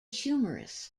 humorous